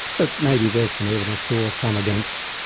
but maybe there's some evidence for, some against.